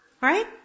Right